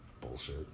Bullshit